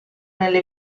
nelle